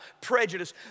prejudice